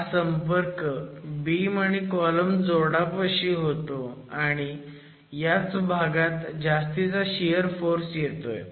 हा संपर्क बीम आणि कॉलम जोडापाशी होतो आणि याच भागात जास्तीचा शियर फोर्स येतोय